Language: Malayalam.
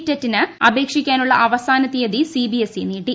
ടെറ്റിന് അപേക്ഷിക്കാനുള്ള അവസാന തീയതി സിബിഎസ്ഇ നീട്ടി